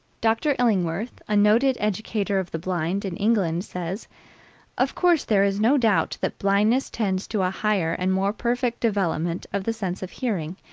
dr. illingworth, a noted educator of the blind in england, says of course, there is no doubt that blindness tends to a higher and more perfect development of the sense of hearing,